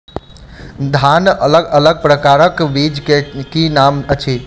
धान अलग अलग प्रकारक बीज केँ की नाम अछि?